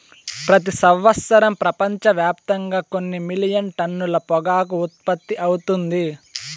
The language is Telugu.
ప్రతి సంవత్సరం ప్రపంచవ్యాప్తంగా కొన్ని మిలియన్ టన్నుల పొగాకు ఉత్పత్తి అవుతుంది